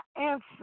answer